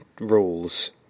rules